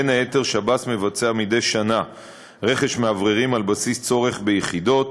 בין היתר שב"ס מבצע מדי שנה רכש מאווררים על בסיס צורך ביחידות.